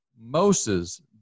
Moses